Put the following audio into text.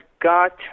got